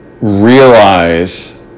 realize